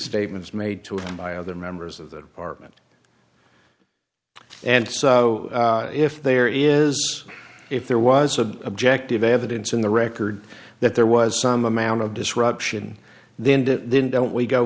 statements made to him by other members of the department and so if there is if there was a objective evidence in the record that there was some amount of disruption then that then don't we go